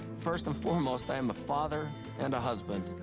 first and foremost, i am a father and a husband,